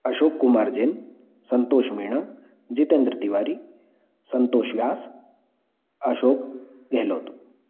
Ashok Kumar Jain Santosh Meena Jitendra Tiwari Santosh Vyas Ashok Gehlot